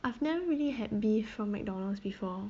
I've never really had beef from McDonald's before